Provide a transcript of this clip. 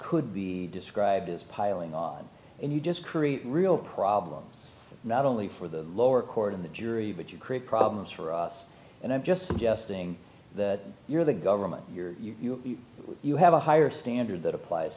could be described as piling on and you just create real problems not only for the lower court in the jury but you create problems for us and i'm just suggesting that you're the government you have a higher standard that applies